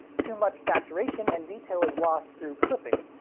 too much saturation and detail is lost through clipping,